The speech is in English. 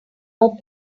more